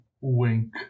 Wink